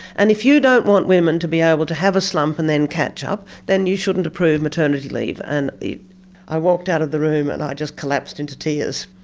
and if you don't want women to be able to have a slump and then catch up, then you shouldn't approve maternity leave. and i walked out of the room and i just collapsed into tears.